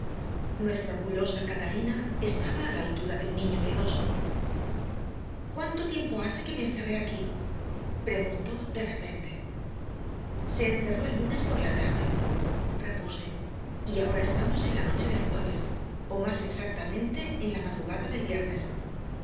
nuestra orgullosa catalina estaba a la altura de un niño miedoso cuánto tiempo hace que me encerré aquí preguntó de repente se encerró el lunes por la tarde repuse y ahora estamos en la noche del jueves o más exactamente en la madrugada del viernes